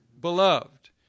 beloved